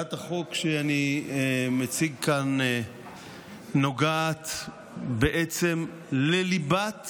הצעת החוק שאני מציג כאן נוגעת בעצם לליבת